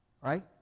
right